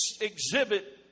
exhibit